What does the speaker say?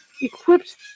equipped